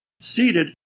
seated